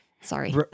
Sorry